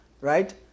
right